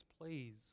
please